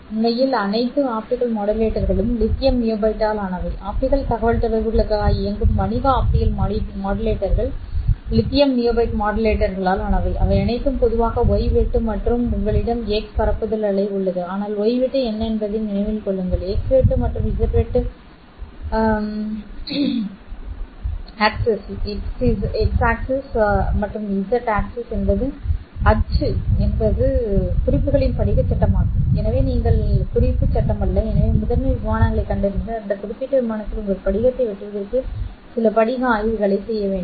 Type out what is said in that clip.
உண்மையில் அனைத்து ஆப்டிகல் மாடுலேட்டர்களும் லித்தியம் நியோபேட்டால் ஆனவை ஆப்டிகல் தகவல்தொடர்புகளுக்காக இயங்கும் வணிக ஆப்டிகல் மாடுலேட்டர்கள் லித்தியம் நியோபேட் மாடுலேட்டர்களால் ஆனவை அவை அனைத்தும் பொதுவாக y வெட்டு மற்றும் உங்களிடம் x பரப்புதல் அலை உள்ளது ஆனால் y வெட்டு என்ன என்பதை நினைவில் கொள்ளுங்கள் x வெட்டு மற்றும் z வெட்டு என்பது குறிப்புகளின் படிகச் சட்டமாகும் எனவே எங்கள் குறிப்புச் சட்டமல்ல எனவே முதன்மை விமானங்களைக் கண்டறிந்து அந்த குறிப்பிட்ட விமானத்தில் உங்கள் படிகத்தை வெட்டுவதற்கு சில படிக ஆய்வுகளைச் செய்ய வேண்டும்